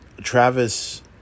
Travis